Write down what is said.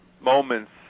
moments